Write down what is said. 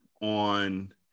on